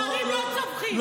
גברים לא צווחים.